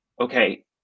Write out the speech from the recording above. okay